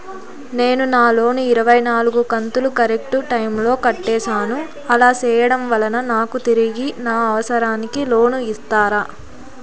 నేను నా లోను ఇరవై నాలుగు కంతులు కరెక్టు టైము లో కట్టేసాను, అలా సేయడం వలన నాకు తిరిగి నా అవసరానికి లోను ఇస్తారా?